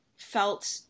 felt